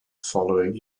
following